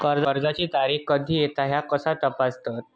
कर्जाची तारीख कधी येता ह्या कसा तपासतत?